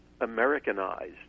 Americanized